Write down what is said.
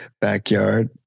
backyard